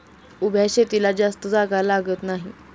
उभ्या शेतीला जास्त जागा लागत नाही